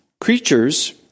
creatures